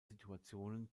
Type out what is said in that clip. situationen